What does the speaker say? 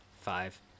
Five